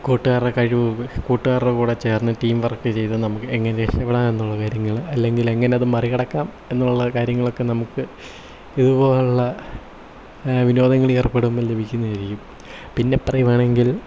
കൂട്ടുകാരുടെ കഴിവും കൂട്ടുകാരുടെ കൂടെ ചേർന്ന് ടീം വർക്ക് ചെയ്ത് നമുക്ക് എങ്ങനെ രക്ഷപ്പെടാം എന്നുള്ള കാര്യങ്ങൾ അല്ലെങ്കിൽ എങ്ങനെ അത് മറികടക്കാം എന്നുള്ള കാര്യങ്ങളൊക്കെ നമുക്ക് ഇതുപോലുള്ള വിനോദങ്ങളിൽ ഏർപ്പെടുമ്പോൾ ലഭിക്കുന്നതായിരിക്കും പിന്നെ പറയുകയാണെങ്കിൽ